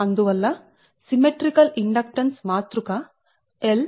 అందువల్ల symmetrical inductance మాతృక L 0